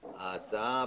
ההצעה,